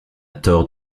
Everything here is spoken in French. tort